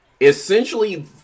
Essentially